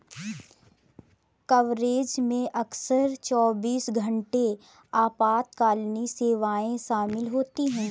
coverage में अक्सर चौबीस घंटे आपातकालीन सेवाएं शामिल होती हैं